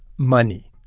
money.